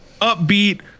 upbeat